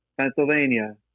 Pennsylvania